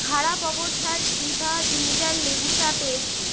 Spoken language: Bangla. খারাপ অবস্থার দিভা জিঞ্জার লেবু চা পেয়েছি